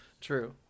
True